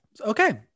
Okay